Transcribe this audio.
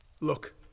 Look